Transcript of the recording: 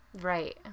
Right